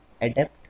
adapt